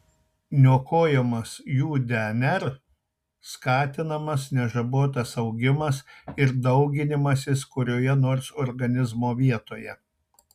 niokojamas jų dnr skatinamas nežabotas augimas ir dauginimasis kurioje nors organizmo vietoje